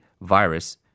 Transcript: virus